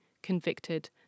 convicted